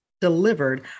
delivered